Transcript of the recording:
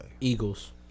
Eagles